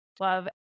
love